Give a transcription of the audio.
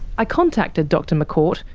i contacted dr macourt,